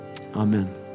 Amen